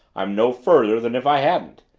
i'm no further than if i hadn't.